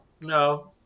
No